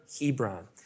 Hebron